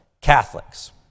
Catholics